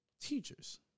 teachers